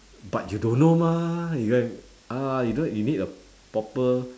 but you don't know mah you get what I ah you know you need a proper